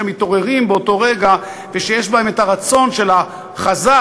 שמתעוררים באותו רגע ושיש בהם את הרצון של החזק,